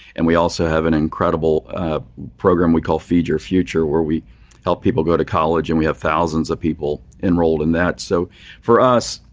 and we also have an incredible program we call feed your future where we help people go to college. and we have thousands of people enrolled in that. so for us,